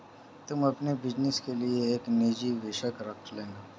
तुम अपने बिज़नस के लिए एक निजी निवेशक रख लेना